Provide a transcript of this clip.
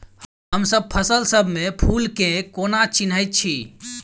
हमसब फसल सब मे फूल केँ कोना चिन्है छी?